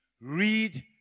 read